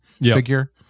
figure